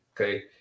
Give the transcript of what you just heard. okay